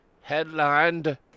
Headlined